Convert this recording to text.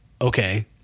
Okay